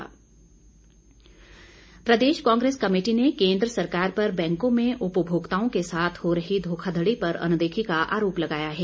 कांग्रेस प्रदेश Congress committee ने केंद्र सरकार पर बैंकों में उपभोक्ताओं के साथ हो रही धोखाधड़ी पर अनदेखी का आरोप लगाया है